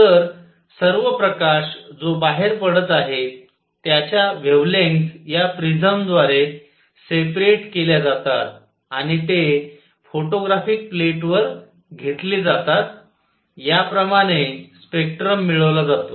तर सर्व प्रकाश जो बाहेर पडत आहेत त्याच्या वेव्हलेंग्थस या प्रिझमद्वारे सेपरेट केल्या जातात आणि ते फोटोग्राफिक प्लेटवर घेतले जातात याप्रमाणे स्पेक्ट्रम मिळवला जातो